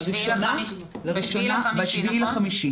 לראשונה ב-7.5.